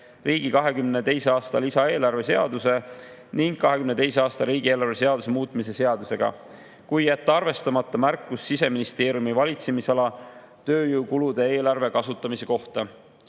riigi 2022. aasta lisaeelarve seaduse ning 2022. aasta riigieelarve seaduse muutmise seadusega, kui jätta arvestamata märkus Siseministeeriumi valitsemisala tööjõukulude eelarve kasutamise kohta.